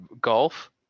Golf